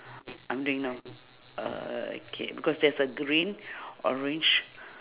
I'm doing now uh k because there's a green orange